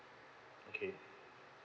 okay